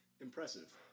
Impressive